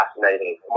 fascinating